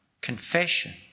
confession